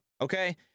Okay